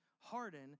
Harden